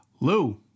Lou